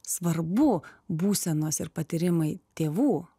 svarbu būsenos ir patyrimai tėvų